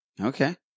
okay